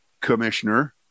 Commissioner